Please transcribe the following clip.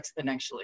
exponentially